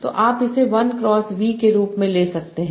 तो आप इसे 1 क्रॉस V के रूप में ले सकते हैं